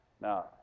Now